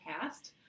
past